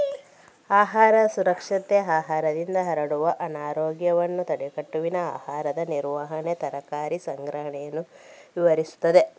ಆಹಾರ ಸುರಕ್ಷತೆ ಆಹಾರದಿಂದ ಹರಡುವ ಅನಾರೋಗ್ಯವನ್ನು ತಡೆಗಟ್ಟುವಲ್ಲಿ ಆಹಾರದ ನಿರ್ವಹಣೆ, ತಯಾರಿಕೆ, ಸಂಗ್ರಹಣೆಯನ್ನು ವಿವರಿಸುತ್ತದೆ